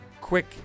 quick